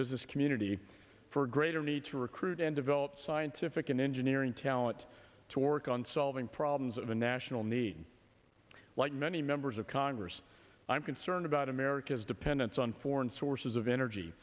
business community for a greater need to recruit and develop scientific and engineering talent to work on solving problems of a national need like many members of congress i'm concerned about america's dependence on foreign sources of energy